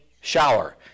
shower